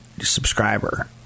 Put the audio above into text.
subscriber